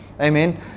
Amen